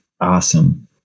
Awesome